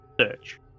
search